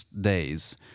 days